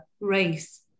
race